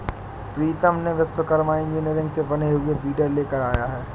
प्रीतम ने विश्वकर्मा इंजीनियरिंग से बने हुए वीडर लेकर आया है